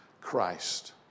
Christ